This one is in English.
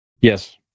yes